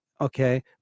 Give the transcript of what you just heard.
Okay